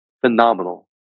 phenomenal